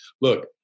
look